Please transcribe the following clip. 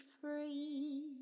free